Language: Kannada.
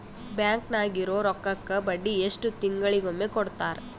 ಬ್ಯಾಂಕ್ ನಾಗಿರೋ ರೊಕ್ಕಕ್ಕ ಬಡ್ಡಿ ಎಷ್ಟು ತಿಂಗಳಿಗೊಮ್ಮೆ ಕೊಡ್ತಾರ?